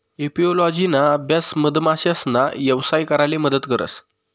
एपिओलोजिना अभ्यास मधमाशासना यवसाय कराले मदत करस